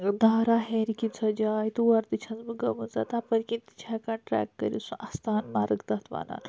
دارا ہیٚرِ کِنۍ سو جاے تور تہِ چھس بہٕ گٔمٕژ تَپٲر کِنۍ تہِ چھ ہیٚکان ٹریٚک کٔرتھ سُہ اَستان مَرٕگ تَتھ وَنان